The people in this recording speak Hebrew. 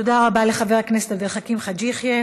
תודה לחבר הכנסת עבד אל חכים חאג' יחיא.